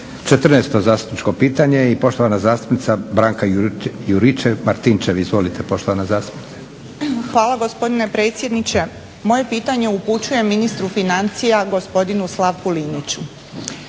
Četrnaesto pitanje i poštovana zastupnica Branka Juričev-Martinčev. Izvolite. **Juričev-Martinčev, Branka (HDZ)** Hvala gospodine predsjedniče. Moje pitanje upućujem ministru financija gospodinu Slavku Liniću.